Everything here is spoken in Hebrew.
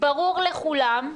ברור לכולם,